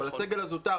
הזוטר,